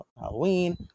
Halloween